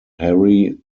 hairy